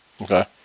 Okay